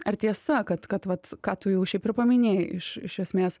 ar tiesa kad kad vat ką tu jau šiaip ir paminėjai iš iš esmės